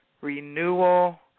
renewal